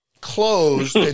closed